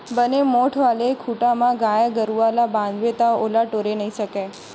बने मोठ्ठ वाले खूटा म गाय गरुवा ल बांधबे ता ओला टोरे नइ सकय